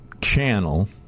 channel